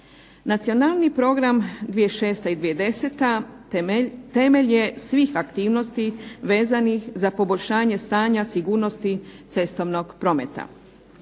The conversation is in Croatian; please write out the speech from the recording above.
Nacionalni program 2006.-2010. temelj je svih aktivnosti vezanih za poboljšanje stanja sigurnosti cestovnog prometa.